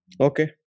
Okay